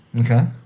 Okay